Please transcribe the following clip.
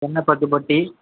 எண்ணெய் பத்து பாட்டில்